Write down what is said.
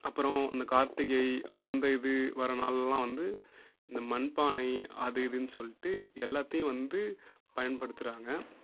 அப்புறம் இந்த கார்த்திகை அந்த இது வர நாள்லலாம் வந்து இந்த மண் பானை அது இதுனு சொல்லிட்டு எல்லாத்தையும் வந்து பயன்படுத்துகிறாங்க